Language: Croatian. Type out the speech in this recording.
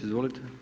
Izvolite.